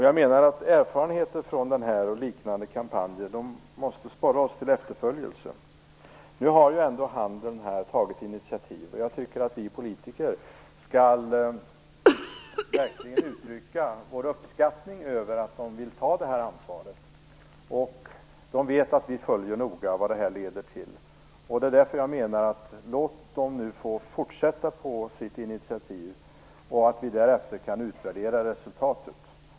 Jag menar att erfarenhet från den här kampanjen och liknande kampanjer måste sporra oss till efterföljelse. Nu har ändå handeln tagit initiativ. Jag tycker att vi politiker skall uttrycka vår uppskattning över att handeln vill ta ansvar. Man vet att vi noga följer vad det leder till. Därför menar jag att vi skall låta handeln fortsätta med sitt initiativ. Därefter kan vi utvärdera resultatet.